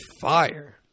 fire